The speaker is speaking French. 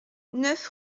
neuf